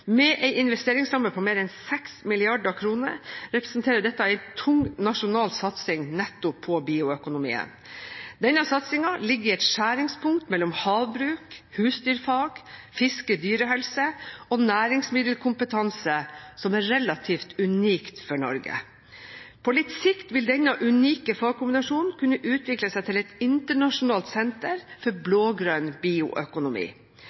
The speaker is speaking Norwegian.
Med en investeringsramme på mer enn 6 mrd. kr representerer dette en tung nasjonal satsing nettopp på bioøkonomien. Denne satsingen ligger i et skjæringspunkt mellom havbruk, husdyrfag, fiske- og dyrehelse og næringsmiddelkompetanse som er relativt unikt for Norge. På litt sikt vil denne unike fagkombinasjonen kunne utvikle seg til et internasjonalt senter for blå-grønn bioøkonomi.